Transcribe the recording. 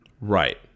Right